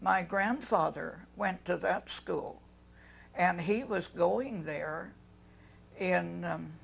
my grandfather went to that school and he was going there and